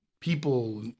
people